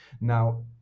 now